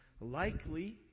Likely